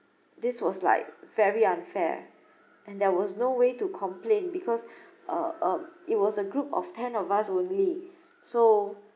this was like very unfair and there was no way to complain because uh um it was a group of ten of us only so